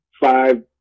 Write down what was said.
five